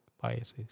biases